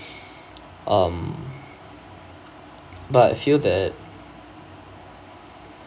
um but I feel that